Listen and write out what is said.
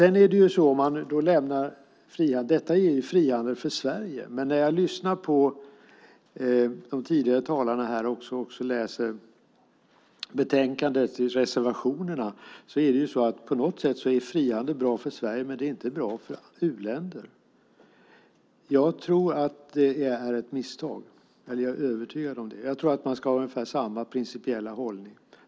Detta är ju frihandel för Sverige. Men när jag lyssnar på de tidigare talarna och läser reservationerna i betänkandet får jag uppfattningen att frihandel är bra för Sverige men inte bra för u-länder. Jag är övertygad om att det är ett misstag. Jag tror att man ska ha samma principiella hållning.